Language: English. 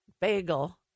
bagel